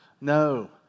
No